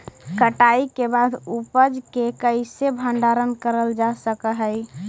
कटाई के बाद उपज के कईसे भंडारण करल जा सक हई?